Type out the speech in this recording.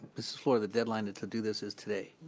this is for the deadline to do this is today.